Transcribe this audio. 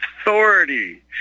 authority